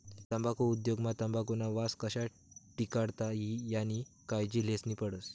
तम्बाखु उद्योग मा तंबाखुना वास कशा टिकाडता ई यानी कायजी लेन्ही पडस